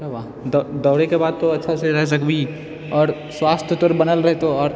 क्या हुआ दोड़ैके बाद तो अच्छासँ रह सकबीही आओर स्वास्थ्य तोहर बनल रहतौ आओर